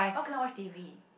why cannot watch T_V